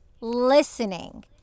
listening